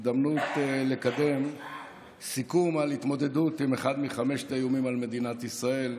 הזדמנות לקדם סיכום על התמודדות עם אחד מחמשת האיומים על מדינת ישראל,